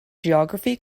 geography